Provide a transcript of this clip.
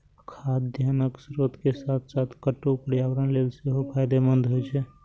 खाद्यान्नक स्रोत के साथ साथ कट्टू पर्यावरण लेल सेहो फायदेमंद होइ छै